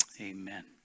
Amen